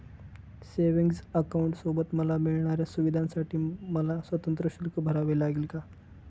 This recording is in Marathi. सेविंग्स अकाउंटसोबत मला मिळणाऱ्या सुविधांसाठी मला स्वतंत्र शुल्क भरावे लागेल का?